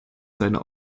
seiner